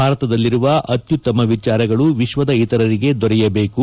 ಭಾರತದಲ್ಲಿರುವ ಅತ್ಯುತ್ತಮ ವಿಚಾರಗಳು ವಿಶ್ವದ ಇತರರಿಗೆ ದೊರೆಯಬೇಕು